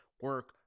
Work